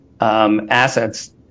assets